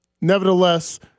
nevertheless